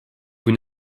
vous